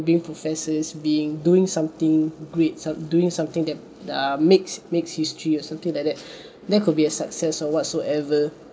being professors being doing something great some doing something that um makes makes history or something like that that could be a success or whatsoever